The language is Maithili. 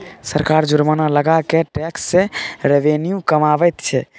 सरकार जुर्माना लगा कय टैक्स सँ रेवेन्यू कमाबैत छै